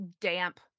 damp